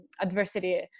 adversity